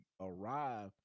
arrive